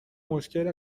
مشکل